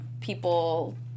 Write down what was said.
people